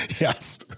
Yes